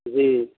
जी